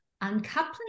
uncoupling